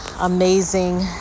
amazing